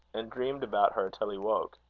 and dreamed about her till he woke.